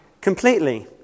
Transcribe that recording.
completely